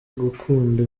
gukunda